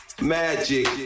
Magic